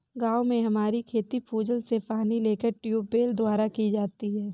गांव में हमारी खेती भूजल से पानी लेकर ट्यूबवेल द्वारा की जाती है